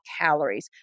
calories